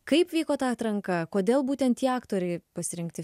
kaip vyko ta atranka kodėl būtent tie aktoriai pasirinkti